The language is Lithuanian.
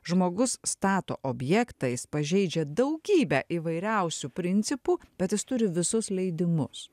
žmogus stato objektą jis pažeidžia daugybę įvairiausių principų bet jis turi visus leidimus